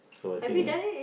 so I think